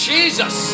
Jesus